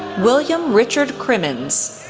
william richard crimmins,